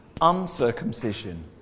uncircumcision